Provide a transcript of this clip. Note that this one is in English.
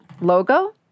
logo